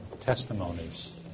testimonies